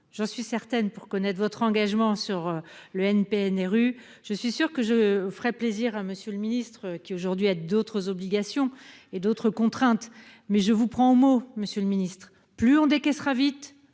j'en suis certaine pour connaître votre engagement sur le NPNRU, je suis sûr que je ferai plaisir à Monsieur le Ministre, qui aujourd'hui à d'autres obligations, et d'autres contraintes, mais je vous prends au mot monsieur le Ministre, plus on dès qu'elle sera vite